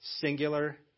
Singular